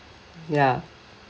ya